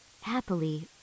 happily